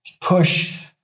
push